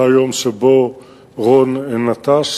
זה היום שבו רון נטש,